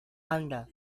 anda